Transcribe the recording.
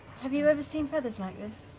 have you ever seen feathers like this?